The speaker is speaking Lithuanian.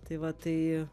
tai va tai